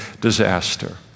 disaster